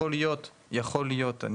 יכול להיות,